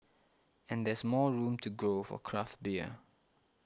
and there's more room to grow for craft beer